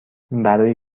برای